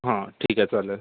हा ठीक आहे चालेल